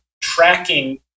tracking